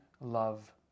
love